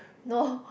no